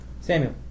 Samuel